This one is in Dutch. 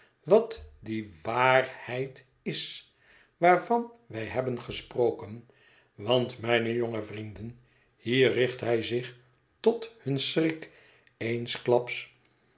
wat die wa a arheid is waarvan wij hebben gesproken want mijne jonge vrienden hier richt hij zich tot hun schrik